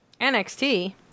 NXT